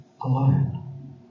alone